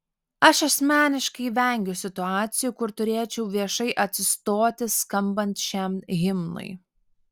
aš asmeniškai vengiu situacijų kur turėčiau viešai atsistoti skambant šiam himnui